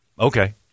okay